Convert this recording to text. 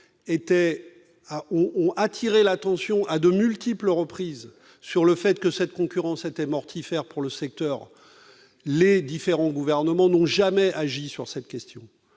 aient attiré l'attention à de multiples reprises sur le fait que cette concurrence était mortifère pour le secteur. Les différents gouvernements n'ont jamais agi alors qu'il